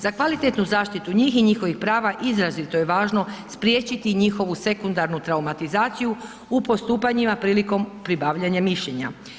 Za kvalitetnu zaštitu njih i njihovih prava izrazito je važno spriječiti njihovu sekundarnu traumatizaciju u postupanjima prilikom pribavljanja mišljenja.